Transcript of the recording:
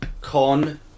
Con